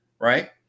Right